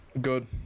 Good